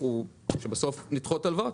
ובסוף נדחות הלוואות.